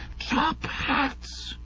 top ats!